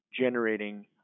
generating